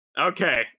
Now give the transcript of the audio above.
Okay